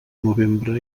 novembre